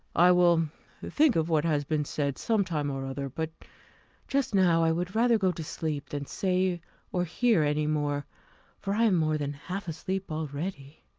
i will think of what has been said some time or other but just now i would rather go to sleep than say or hear any more for i am more than half asleep already.